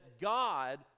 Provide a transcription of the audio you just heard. God